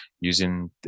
using